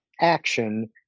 action